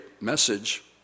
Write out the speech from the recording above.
message